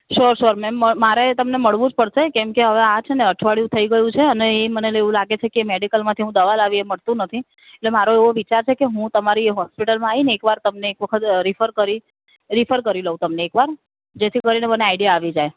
sure sure ma'am મારે તમને મળવું જ પડશે કેમ કે હવે આ છે ને અઠવાડિયું થઇ ગયું છે અને એ મને એવું લાગે છે કે મૅડિકલમાંથી હું દવા લાવી એ મટતું નથી એટલે મારો એવો વિચાર છે કે હું તમારી હૉસ્પિટલમાં આવીને એક વાર તમને એક વખત રીફર કરી રીફર કરી લઉં તમને એક વાર જેથી કરીને મને આઈડિયા આવી જાય